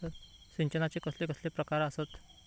सिंचनाचे कसले कसले प्रकार आसत?